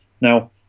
Now